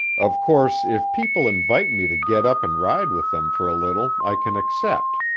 of course, if people invite me to get up and ride with them for a little i can accept,